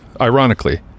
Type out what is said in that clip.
Ironically